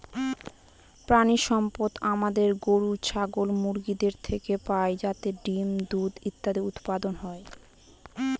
প্রানীসম্পদ আমাদের গরু, ছাগল, মুরগিদের থেকে পাই যাতে ডিম, দুধ ইত্যাদি উৎপাদন হয়